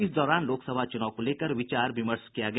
इस दौरान लोकसभा चुनाव को लेकर विचार विमर्श किया गया